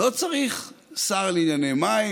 לא צריך שר לענייני מים,